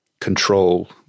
control